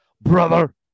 brother